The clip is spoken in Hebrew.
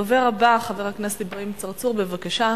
הדובר הבא, חבר הכנסת אברהים צרצור, בבקשה.